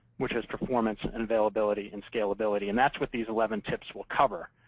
which is performance and availability and scalability. and that's what these eleven tips will cover.